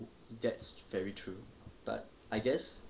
that's very true but I guess